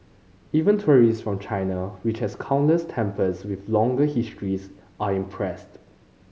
even tourists for China which has countless temples with longer histories are impressed